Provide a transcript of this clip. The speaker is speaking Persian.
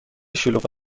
شلوغ